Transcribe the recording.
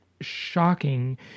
shocking